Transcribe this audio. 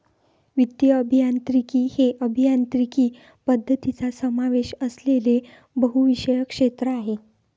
वित्तीय अभियांत्रिकी हे अभियांत्रिकी पद्धतींचा समावेश असलेले बहुविषय क्षेत्र आहे